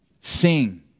Sing